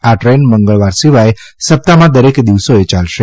આદ્રેન મંગળવાર સિવાય સપ્તાહમાં દરેક દિવસોએ યાલશે